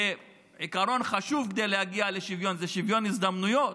עיקרון חשוב כדי להגיע לשוויון הוא שוויון הזדמנויות.